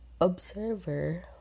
observer